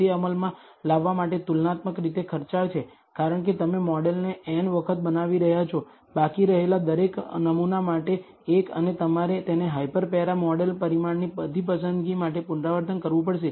તે અમલમાં લાવવા માટે તુલનાત્મક રીતે ખર્ચાળ છે કારણ કે તમે મોડેલને n વખત બનાવી રહ્યા છો બાકી રહેલા દરેક નમુના માટે એક અને તમારે તેને હાયપર પેરા મોડેલ પરિમાણની બધી પસંદગી માટે પુનરાવર્તન કરવું પડશે